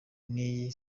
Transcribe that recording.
n’iyo